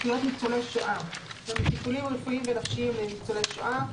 זכויות ניצולי שואה (1) טיפולים רפואיים ונפשיים לניצולי שואה,